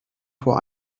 vor